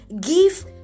give